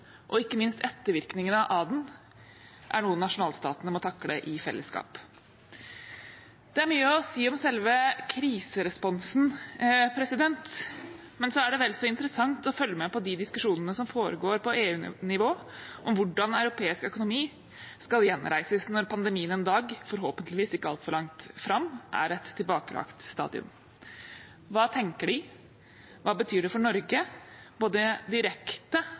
og ikke minst ettervirkningene av den er noe nasjonalstatene må takle i fellesskap. Det er mye å si om selve kriseresponsen, men det er vel så interessant å følge med på de diskusjonene som foregår på EU-nivå om hvordan europeisk økonomi skal gjenreises når pandemien en dag, forhåpentligvis ikke altfor langt fram, er et tilbakelagt stadium. Hva tenker de? Hva betyr det for Norge, både direkte